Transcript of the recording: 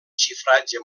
xifratge